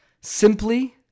simply